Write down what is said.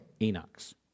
Enoch's